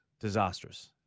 Disastrous